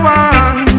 one